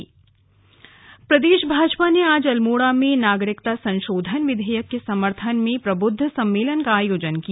CAA प्रदेश भाजपा ने आज अल्मोड़ा में नागरिकता संसोधन विधेयक के समर्थन में प्रबुद्ध सम्मेलन का आयोजन किया